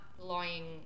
lying